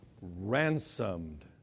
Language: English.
ransomed